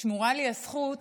שמורה לי הזכות